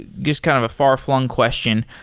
guess kind of a far-flung question.